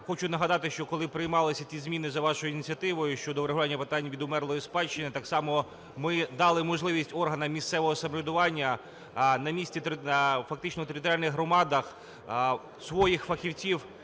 хочу нагадати, що коли приймалися ті зміни за вашою ініціативою, щодо врегулювання питань відумерлої спадщини, так само ми дали можливість органам місцевого самоврядування на місці, фактично в територіальних громадах, своїх фахівців